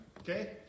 Okay